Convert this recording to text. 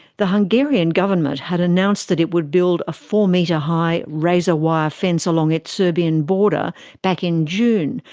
the hungarian government had announced that it would build a four-metre high razor wire fence along its serbian border back in june,